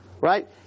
right